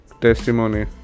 testimony